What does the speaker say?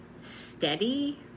steady